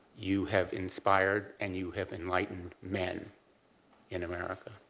you have inspired and you have enlightened men in america.